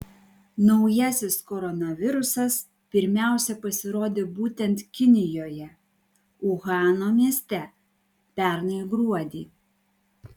naujasis koronavirusas pirmiausia pasirodė būtent kinijoje uhano mieste pernai gruodį